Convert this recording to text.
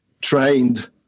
trained